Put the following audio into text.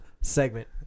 segment